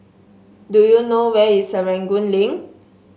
do you know where is Serangoon Link